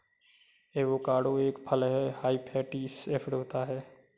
avocado एक फल हैं हाई फैटी एसिड होता है